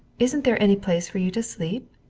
isn't there any place for you to sleep?